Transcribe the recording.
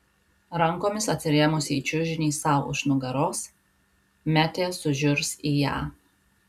rankomis atsirėmusi į čiužinį sau už nugaros metė sužiurs į ją